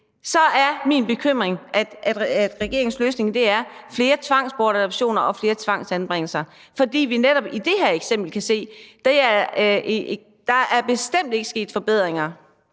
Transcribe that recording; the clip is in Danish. er jeg bekymret over, at regeringens løsning er flere tvangsadoptioner og flere tvangsanbringelser, fordi vi netop i det her eksempel kan se, at der bestemt ikke er sket forbedringer.